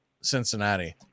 Cincinnati